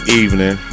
evening